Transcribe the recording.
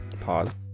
Pause